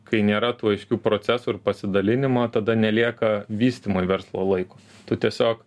kai nėra tų aiškių procesų ir pasidalinimo tada nelieka vystymui verslo laiko tu tiesiog